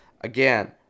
again